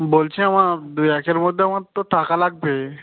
বলছি আমার দু একের মধ্যে আমার তো টাকা লাগবে